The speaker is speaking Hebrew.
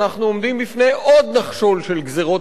אנחנו עומדים בפני עוד נחשול של גזירות